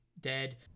dead